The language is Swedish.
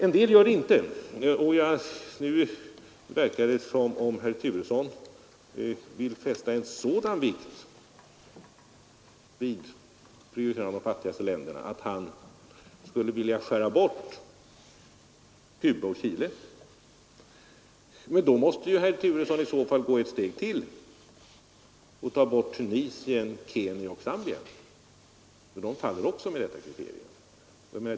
En del gör det emellertid inte, och nu verkar det som om herr Turesson ville fästa en sådan vikt vid prioriteringen av de fattigaste länderna att han skulle vilja skära bort Cuba och Chile. Men i så fall måste ju herr Turesson gå ett steg till och ta bort Tunisien, Kenya och Zambia — de faller också med detta kriterium.